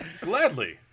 Gladly